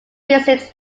physics